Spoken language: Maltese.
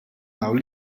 dawn